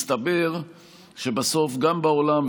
מסתבר שבסוף גם בעולם,